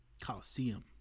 coliseum